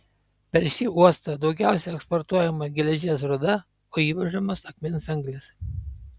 per šį uostą daugiausiai eksportuojama geležies rūda o įvežamos akmens anglys